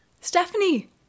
Stephanie